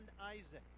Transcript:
Isaac